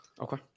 Okay